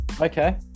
Okay